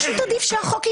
פשוט עדיף שהחוק ישתוק,